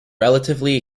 relatively